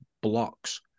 blocks